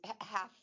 half